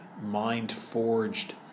Mind-forged